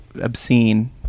obscene